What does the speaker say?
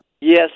Yes